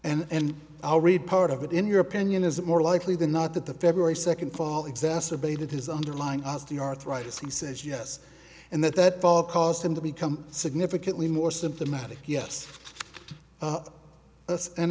and i'll read part of it in your opinion is it more likely than not that the february second fall exacerbated his underlying osteoarthritis he says yes and that that fall caused him to become significantly more symptomatic yes yes and